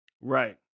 Right